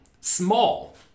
small